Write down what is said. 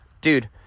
dude